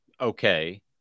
okay